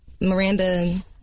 Miranda